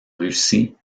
russie